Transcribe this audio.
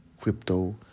crypto